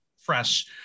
fresh